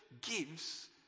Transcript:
gives